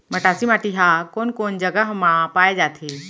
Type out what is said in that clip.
मटासी माटी हा कोन कोन जगह मा पाये जाथे?